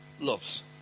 loves